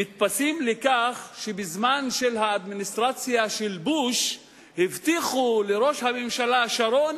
נתפסים לכך שבזמן של האדמיניסטרציה של בוש הבטיחו לראש הממשלה שרון